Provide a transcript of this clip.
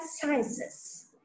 sciences